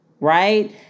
right